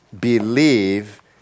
believe